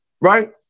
Right